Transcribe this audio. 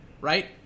right